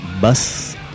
bus